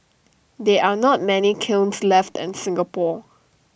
there are not many kilns left in Singapore